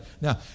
Now